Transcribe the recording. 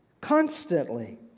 constantly